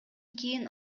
кийин